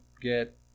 get